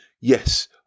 yes